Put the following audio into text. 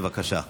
בבקשה.